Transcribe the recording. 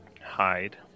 hide